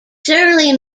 shirley